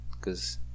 cause